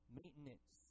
maintenance